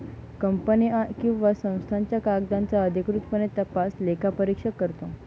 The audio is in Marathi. कंपनी किंवा संस्थांच्या कागदांचा अधिकृतपणे तपास लेखापरीक्षक करतो